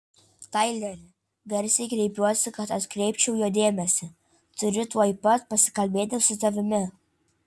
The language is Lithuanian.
taileri garsiai kreipiuosi kad atkreipčiau jo dėmesį turiu tuoj pat pasikalbėti su tavimi